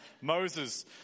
Moses